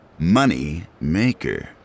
Moneymaker